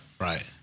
Right